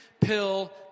pill